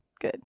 good